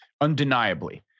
undeniably